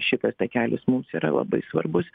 šitas takelis mums yra labai svarbus